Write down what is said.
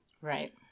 Right